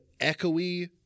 echoey